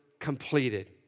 Completed